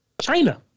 China